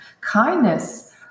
kindness